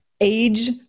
age